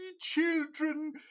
children